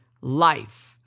life